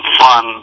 fun